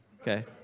Okay